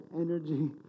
energy